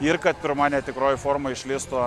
ir kad pirma netikroji forma išlįstų